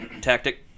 tactic